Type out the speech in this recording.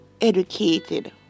educated